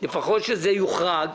לפחות שזה יוחרג",